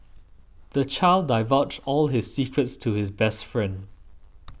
the child divulged all his secrets to his best friend